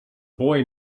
boy